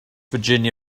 virginia